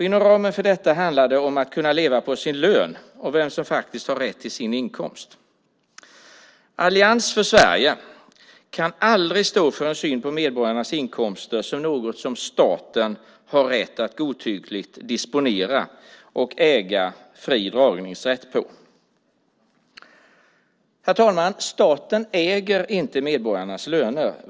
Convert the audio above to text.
Inom ramen för detta handlar det om att kunna leva på sin lön och om vem som har rätt till sin inkomst. Allians för Sverige kan aldrig stå för en syn på medborgarnas inkomster som något som staten har rätt att godtyckligt disponera och äga fri dragningsrätt på. Herr talman! Staten äger inte medborgarnas löner.